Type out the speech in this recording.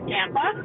Tampa